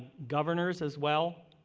governors as well.